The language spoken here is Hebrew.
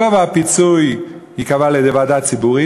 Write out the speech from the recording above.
גובה הפיצוי ייקבע על-ידי ועדה ציבורית